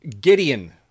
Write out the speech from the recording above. Gideon